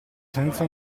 senza